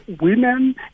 women